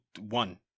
one